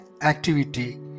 activity